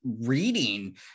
reading